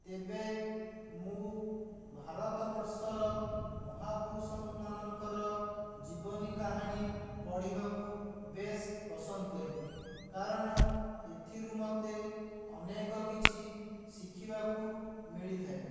ତେବେ ମୁଁ ଭାରତବର୍ଷର ମହାପୁରୁଷ ମାନଙ୍କର ଜୀବନୀ କାହାଣୀ ପଢ଼ିବାକୁ ବେସ୍ ପସନ୍ଦ କରିବି କାରଣ ଏଥିରୁ ମୋତେ ଅନେକ କିଛି ଶିଖିବାକୁ ମିଳିଥାଏ